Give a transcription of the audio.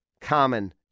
common